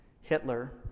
Hitler